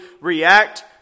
react